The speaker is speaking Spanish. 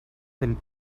del